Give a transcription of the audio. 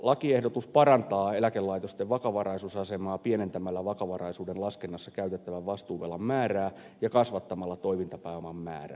lakiehdotus parantaa eläkelaitosten vakavaraisuusasemaa pienentämällä vakavaraisuuden laskennassa käytettävän vastuuvelan määrää ja kasvattamalla toimintapääoman määrää